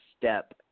step